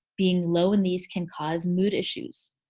being low in these can cause mood issues.